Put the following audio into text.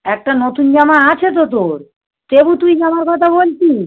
একটা নতুন জামা আছে তো তোর তবু তুই জামার কথা বলছিস